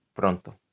pronto